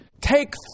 Take